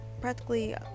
practically